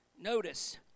Notice